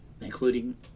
including